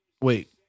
Wait